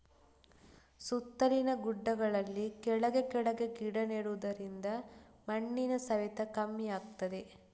ಸುತ್ತಲಿನ ಗುಡ್ಡೆಗಳಲ್ಲಿ ಕೆಳಗೆ ಕೆಳಗೆ ಗಿಡ ನೆಡುದರಿಂದ ಮಣ್ಣಿನ ಸವೆತ ಕಮ್ಮಿ ಆಗ್ತದೆ